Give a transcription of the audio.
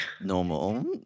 normal